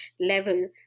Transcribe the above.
level